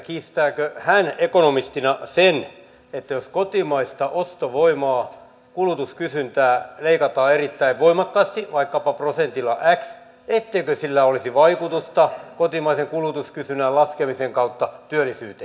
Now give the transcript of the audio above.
kiistääkö hän ekonomistina sen etteikö sillä jos kotimaista ostovoimaa kulutuskysyntää leikataan erittäin voimakkaasti vaikkapa prosentilla x olisi vaikutusta kotimaisen kulutuskysynnän laskemisen kautta työllisyyteen